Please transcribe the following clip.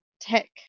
tech